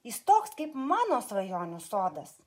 jis toks kaip mano svajonių sodas